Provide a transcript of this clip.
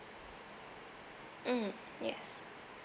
mm yes